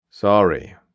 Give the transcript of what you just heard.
Sorry